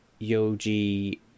Yoji